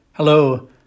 Hello